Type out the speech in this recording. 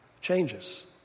changes